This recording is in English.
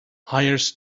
hires